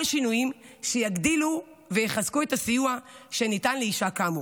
שינויים שיגדילו ויחזקו את הסיוע שניתן לאישה כאמור.